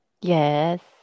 yes